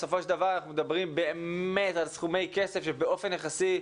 בסופו של דבר אנחנו מדברים באמת על סכומי כסף שבאופן יחסי,